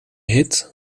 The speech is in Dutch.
hit